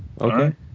okay